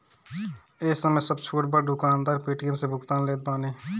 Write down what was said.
ए समय सब छोट बड़ दुकानदार पेटीएम से भुगतान लेत बाने